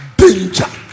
danger